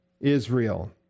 Israel